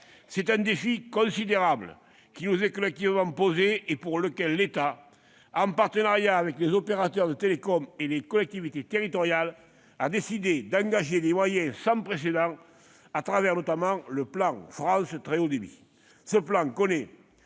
C'est un défi considérable qui nous est collectivement posé, et pour lequel l'État, en partenariat avec les opérateurs de télécommunications et les collectivités territoriales, a décidé d'engager des moyens sans précédent, notamment dans le cadre du plan France très haut débit.